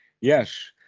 Yes